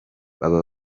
baba